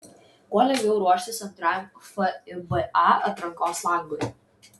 kuo lengviau ruoštis antrajam fiba atrankos langui